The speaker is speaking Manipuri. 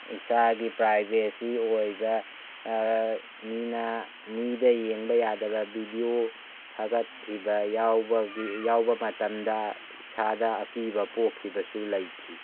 ꯏꯁꯥꯒꯤ ꯄ꯭ꯔꯥꯏꯚꯦꯁꯤ ꯑꯣꯏꯕ ꯃꯤꯅ ꯃꯤꯗ ꯌꯦꯡꯕ ꯌꯥꯗꯕ ꯚꯤꯗꯤꯑꯣ ꯊꯥꯒꯠꯈꯤꯕ ꯌꯥꯎꯕ ꯃꯇꯝꯗ ꯏꯁꯥꯗ ꯑꯀꯤꯕ ꯄꯣꯛꯈꯤꯕꯁꯨ ꯂꯩꯈꯤ